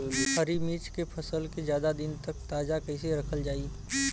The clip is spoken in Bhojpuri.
हरि मिर्च के फसल के ज्यादा दिन तक ताजा कइसे रखल जाई?